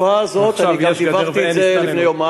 עכשיו יש גדר ואין מסתננים.